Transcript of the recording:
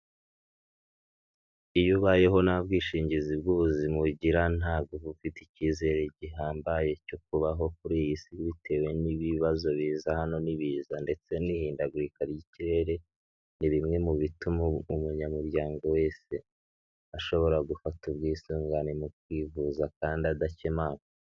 Iyo ubayeho nta bwishingizi bw'ubuzima ugira ntabwo uba ufite icyizere gihambaye cyo kubaho kuri iyi si bitewe n'ibibazo biza hano n'ibiza ndetse n'ihindagurika ry'ikirere, ni bimwe mu bituma umunyamuryango wese ashobora gufata ubwisungane mu kwivuza kandi adakemangwa.